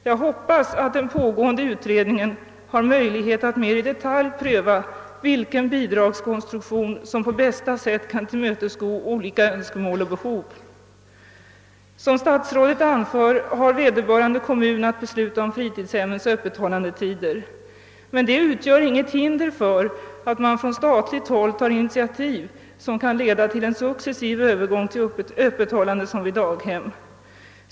Jag hoppas att den pågående utredningen har möjlighet att mera i detalj pröva vilken bidragskonstruktion som på bästa sätt kan tillmötesgå olika önskemål och behov. Som statsrådet anfört har vederbörande kommun att besluta om fritidshemmens öppethållandetider. Detta utgör emellertid inget hinder för att man från statligt håll tar initiativ, som kan leda till en successiv övergång till samma öppethållande som tillämpas vid daghem.